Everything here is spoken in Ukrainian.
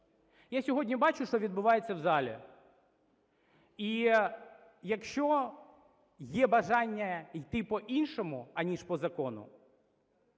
Я сьогодні бачу, що відбувається в залі. І якщо є бажання йти по-іншому, аніж по закону,